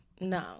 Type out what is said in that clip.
No